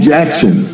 Jackson